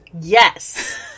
Yes